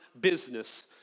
business